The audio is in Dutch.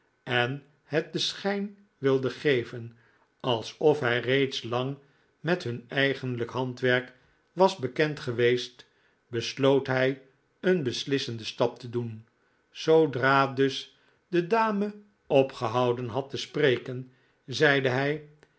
en het den schijn wilden geven alsof hij reeds lang met nun eigenlijk handwerk was bekend geweest besloot hij een beslissenden stap te doen zoodra dus de damo opgehouden had te spreken zeide hij